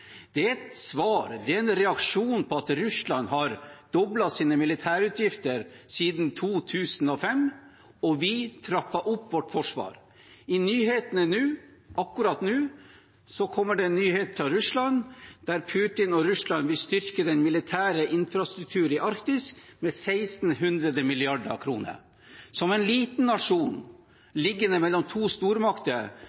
Det er et svar, det er en reaksjon på at Russland har doblet sine militærutgifter siden 2005 – vi trapper opp vårt forsvar. I nyhetene nå – akkurat nå – kommer det en nyhet fra Russland om at Putin og Russland vil styrke den militære infrastrukturen i Arktis med 1 600 mrd. kr. Som en liten nasjon